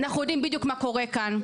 אנחנו יודעים בדיוק מה קורה כאן.